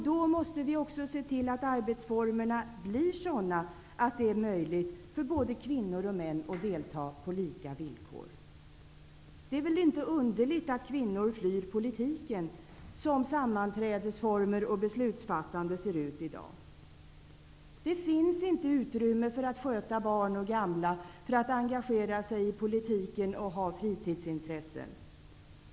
Då måste vi också se till att arbetsformerna blir sådana att det är möjligt för både kvinnor och män att delta på lika villkor. Det är väl inte underligt att kvinnor flyr politiken, som sammanträdesformer och beslutsfattande ser ut i dag. Det finns inte utrymme för att sköta barn och gamla, att engagera sig politiskt och ha fritidsintressen.